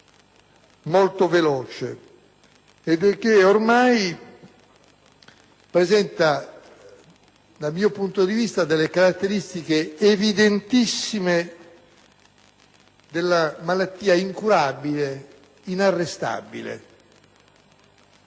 molto veloce e ormai presenta, dal mio punto di vista, le caratteristiche evidentissime della malattia incurabile ed inarrestabile.